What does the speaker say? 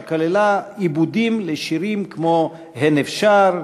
שכללה עיבודים לשירים כמו "הן אפשר",